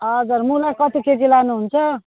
हजुर मुला कति केजी लानु हुन्छ